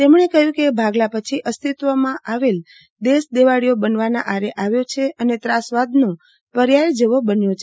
તેમણે કહ્યું કે ભાગલા પછી અસ્તિત્વમાં આવેલ દેશ દેવાળીયો બનવાના આદે આવ્યો છે અને ત્રાસવાદનો પર્યાંય જેવો બન્યો છે